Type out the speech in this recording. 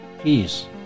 peace